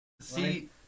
See